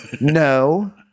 no